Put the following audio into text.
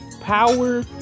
power